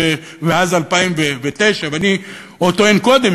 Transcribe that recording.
ואני טוען שעוד קודם,